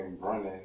running